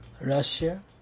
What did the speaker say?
Russia